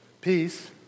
peace